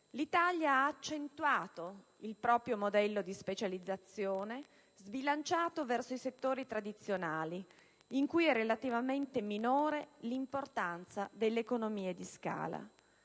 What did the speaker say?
l'Italia ha accentuato il proprio modello di specializzazione, sbilanciato versi i settori tradizionali, in cui è relativamente minore l'importanza dell'economia di scala.